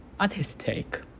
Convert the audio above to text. artistic